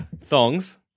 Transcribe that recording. thongs